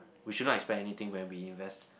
we should not expect anything when we invest